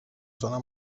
zona